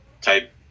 type